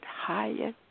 higher